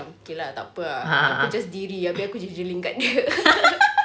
okay lah tak apa ah aku just diri habis aku jeling-jeling kat dia